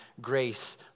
grace